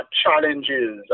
challenges